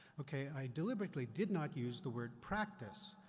okay, i deliberately did not use the word, practice,